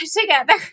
together